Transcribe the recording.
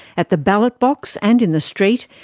at the ballot box and in the street,